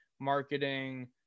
marketing